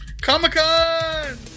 comic-con